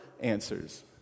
answers